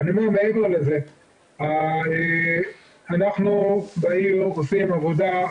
מעבר לזה אנחנו בעיר עושים עבודה,